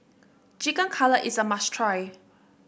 Chicken Cutlet is a must try